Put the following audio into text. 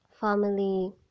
family